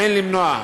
אין למנוע,